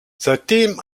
seitdem